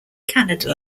kannada